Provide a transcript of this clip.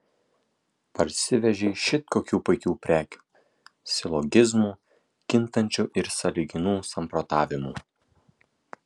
parsivežei šit kokių puikių prekių silogizmų kintančių ir sąlyginių samprotavimų